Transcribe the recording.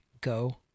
go